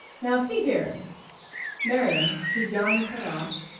now see here merriam, his yarn cut off,